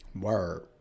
Word